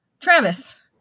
Travis